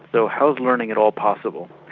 so how is learning at all possible?